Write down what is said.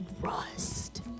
trust